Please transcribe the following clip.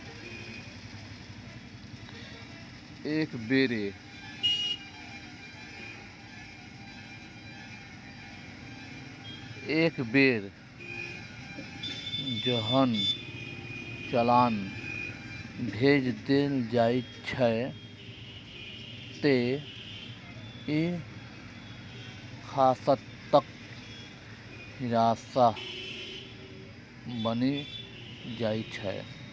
एक बेर जहन चालान भेज देल जाइ छै, ते ई खाताक हिस्सा बनि जाइ छै